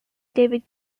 david